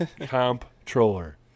Comptroller